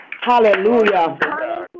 Hallelujah